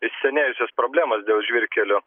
įsisenėjusios problemos dėl žvyrkelių